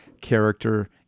character